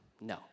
no